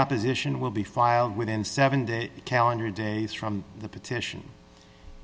opposition will be filed within seven days calendar days from the petition